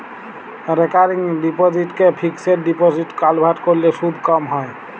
recurring ডিপসিটকে fixed ডিপসিটে convert ক্যরলে সুদ ক্যম হ্যয়